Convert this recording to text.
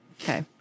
Okay